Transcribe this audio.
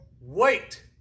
Wait